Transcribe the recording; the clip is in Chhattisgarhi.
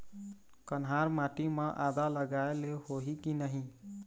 कन्हार माटी म आदा लगाए ले होही की नहीं?